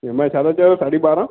E M I छा था चओ साढी ॿारहा